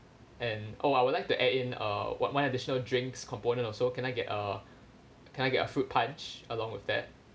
and oh I would like to add in uh wh~ one additional drinks component also can I get uh can I get a fruit punch along with that